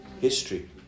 history